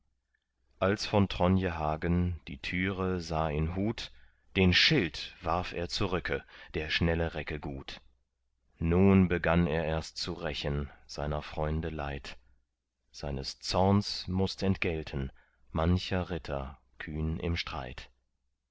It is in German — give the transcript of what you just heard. als von tronje hagen die türe sah in hut den schild warf zurücke der schnelle recke gut nun begann er erst zu rächen seiner freunde leid seines zorns mußt entgelten mancher ritter kühn im streit